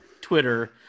Twitter